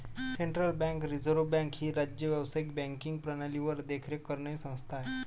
central bank reserve bank ही राज्य व्यावसायिक बँकिंग प्रणालीवर देखरेख करणारी संस्था आहे